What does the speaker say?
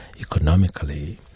economically